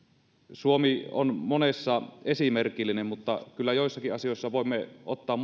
suomi on monessa esimerkillinen mutta kyllä joissakin asioissa voimme ottaa